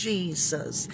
Jesus